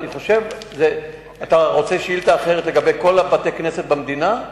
אתה רוצה שאילתא אחרת לגבי כל בתי-הכנסת במדינה?